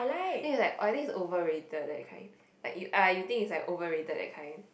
then it's like I think it's over rated that kind like uh you think it's like over rated that kind